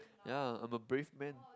ya I'm a brave man